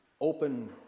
open